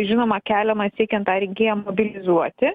žinoma keliamas siekiant tą rinkėją mobilizuoti